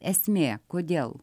esmė kodėl